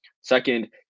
Second